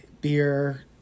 beer